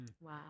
Wow